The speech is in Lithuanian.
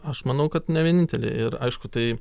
aš manau kad ne vienintelė ir aišku tai